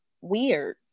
weird